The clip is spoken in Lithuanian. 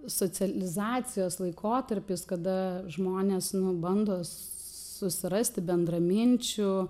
socializacijos laikotarpis kada žmonės nu bando susirasti bendraminčių